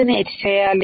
ని ఎచ్ చేయాలి